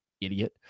idiot